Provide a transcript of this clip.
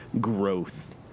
growth